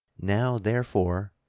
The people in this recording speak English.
now, therefore,